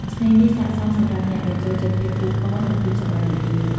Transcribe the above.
ឆ្នេរនេះស័ក្តិសមសម្រាប់អ្នកដែលចូលចិត្តភាពអ៊ូអរ និងភាពសប្បាយរីករាយ។